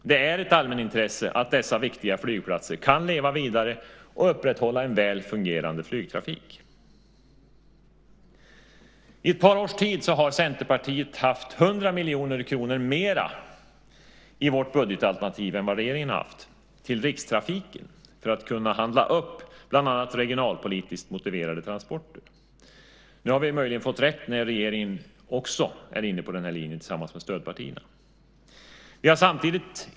Det är ett allmänintresse att dessa viktiga flygplatser kan leva vidare och upprätthålla en väl fungerande flygtrafik. I ett par års tid har Centerpartiet i sitt budgetalternativ haft 100 miljoner kronor mer än regeringen till Rikstrafiken för att kunna handla upp bland annat regionalpolitiskt motiverade transporter. Möjligen har vi nu fått rätt när även regeringen, tillsammans med stödpartierna, är inne på denna linje.